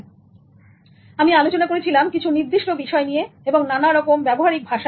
তারপর আমি আলোচনা করেছিলাম কিছু নির্দিষ্ট বিষয় নিয়ে এবং নানা রকম ব্যবহারিক ভাষা নিয়ে